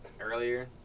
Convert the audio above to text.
earlier